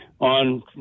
on